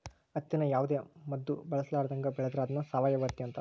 ಹತ್ತಿನ ಯಾವುದೇ ಮದ್ದು ಬಳಸರ್ಲಾದಂಗ ಬೆಳೆದ್ರ ಅದ್ನ ಸಾವಯವ ಹತ್ತಿ ಅಂತಾರ